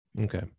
Okay